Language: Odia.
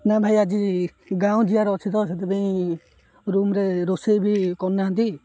ନା ଭାଇ ଆଜି ଗାଁକୁ ଯିବାର ଅଛି ତ ସେଥିପାଇଁ ରୁମ୍ରେ ରୋଷେଇ ବି କରୁନାହାନ୍ତି